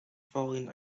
following